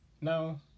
now